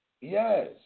Yes